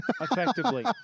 effectively